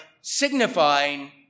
signifying